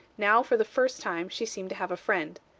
now, for the first time, she seemed to have a friend.